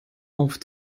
auf